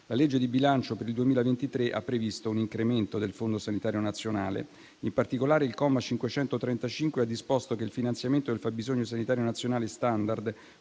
la legge di bilancio per il 2023 ha previsto un incremento del Fondo sanitario nazionale. In particolare, il comma 535 ha disposto che il finanziamento del fabbisogno sanitario nazionale *standard*